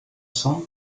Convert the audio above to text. sang